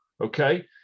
Okay